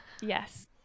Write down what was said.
Yes